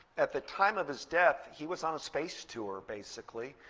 at the time of his death, he was on a space tour, basically.